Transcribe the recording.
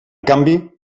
canvi